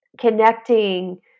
connecting